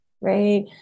right